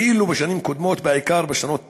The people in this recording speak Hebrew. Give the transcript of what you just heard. ואילו בשנים קודמות, בעיקר בשנות ה-80,